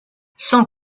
sans